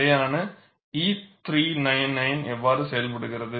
நிலையான E399 எவ்வாறு செயல்படுகிறது